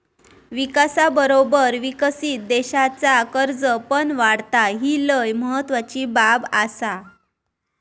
विकासाबरोबर विकसित देशाचा कर्ज पण वाढता, ही लय महत्वाची बाब आसा